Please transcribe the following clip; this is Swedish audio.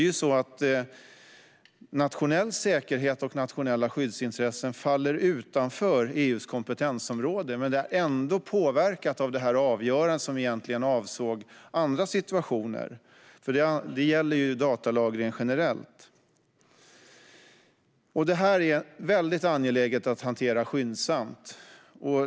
Nationell säkerhet och nationella skyddsintressen faller utanför EU:s kompetensområde men påverkas ändå av det avgörande som egentligen avsåg andra situationer; det gäller ju datalagring generellt. Detta är väldigt angeläget att hantera skyndsamt.